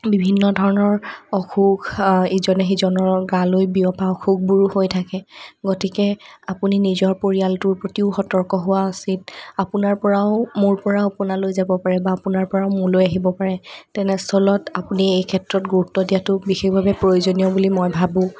বিভিন্ন ধৰণৰ অসুখ ইজনে সিজনৰ গালৈ বিয়পা অসুখবোৰো হৈ থাকে গতিকে আপুনি নিজৰ পৰিয়ালটোৰ প্ৰতিয়ো সতৰ্ক হোৱা উচিত আপোনাৰ পৰাও মোৰ পৰাও আপোনালৈ যাব পাৰে বা আপোনাৰ পৰাও মোলৈ আহিব পাৰে তেনেস্থলত আপুনি এই ক্ষেত্ৰত গুৰুত্ব দিয়াটো বিশেষভাৱে প্ৰয়াজনীয় বুলি মই ভাবো